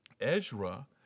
Ezra